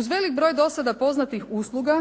Uz velik broj do sada poznatih usluga